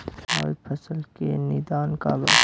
प्रभावित फसल के निदान का बा?